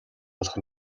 олох